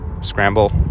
scramble